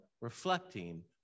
reflecting